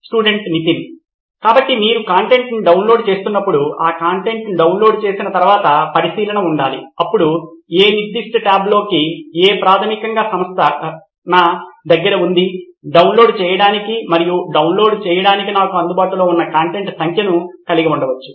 student Nitin కాబట్టి మీరు కంటెంట్ను డౌన్లోడ్ చేస్తున్నప్పుడు ఆ కంటెంట్ను డౌన్లోడ్ చేసిన తర్వాత పరిశీలన ఉండాలి అప్పుడు ఏ నిర్దిష్ట ట్యాబ్లోకి ఏ ప్రాథమికంగా సంస్థ నా దగ్గర ఉంది డౌన్లోడ్ చేయడానికి మరియు డౌన్లోడ్ చేయడానికి నాకు అందుబాటులో ఉన్న కంటెంట్ సంఖ్యను కలిగి ఉండవచ్చు